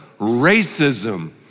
racism